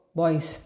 boys